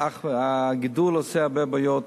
הגידול עושה הרבה בעיות